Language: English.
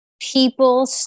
People